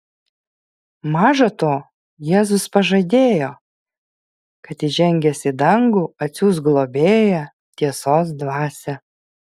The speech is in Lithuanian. maža to jėzus pažadėjo kad įžengęs į dangų atsiųs globėją tiesos dvasią